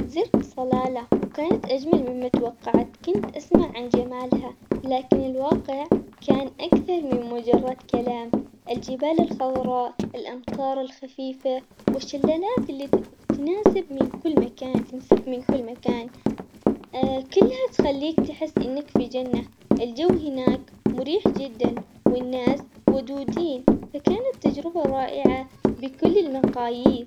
زورت صلالة وكانت أجمل مما توقعت كنت أسمع عن جمالها لكن الواقع كان أكثر من مجرد كلام، الجبال الخضراء الأمطار الخفيفة وشلالات اللي ت- تناسب من كل مكان تنسب من كل مكان، كلها تخليك تحس إنك في جنة، الجو هناك مريح جداً والناس ودودين فكانت تجربة رائعة بكل المقاييس.